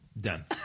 Done